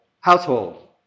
household